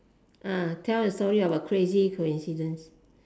ah tell a story about crazy coincidence